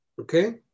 Okay